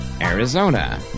Arizona